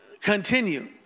continue